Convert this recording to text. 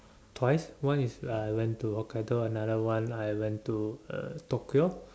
twice one is uh I went Hokkaido another one I went to uh Tokyo